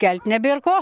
kelt nebėr ko